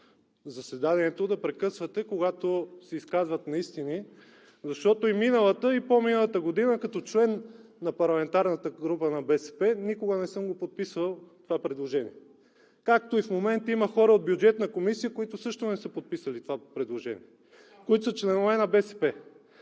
заседанието да прекъсвате, когато се изказват неистини, защото и миналата, и по-миналата година като член на парламентарната група на БСП никога не съм подписвал това предложение, както и в момента има хора от Бюджетната комисия, членове на БСП, които също не са подписали това предложение. Така че ,моля,